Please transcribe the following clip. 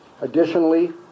Additionally